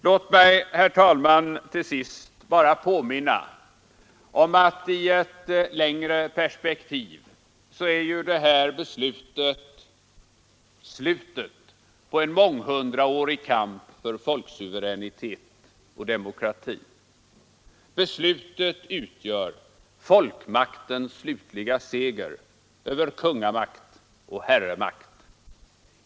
Låt mig, herr talman, till sist bara påminna om att i ett längre perspektiv så är detta beslut slutet på en månghundraårig kamp för folksuveränitet och demokrati. Beslutet utgör folkmaktens slutliga seger över kungamakt och herremakt.